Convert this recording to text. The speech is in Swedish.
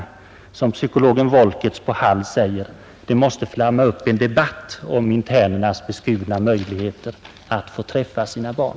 Och som psykologen Volckerts på Hall säger: Det måste flamma upp en debatt om internernas beskurna möjligheter att få träffa sina barn.